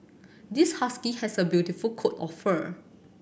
this husky has a beautiful coat of fur